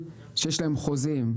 הקיימים שיש להם חוזים,